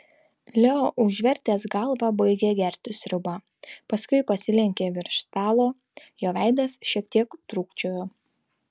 leo užvertęs galvą baigė gerti sriubą paskui pasilenkė virš stalo jo veidas šiek tiek trūkčiojo